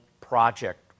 project